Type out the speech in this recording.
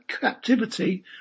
captivity